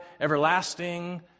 Everlasting